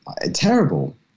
terrible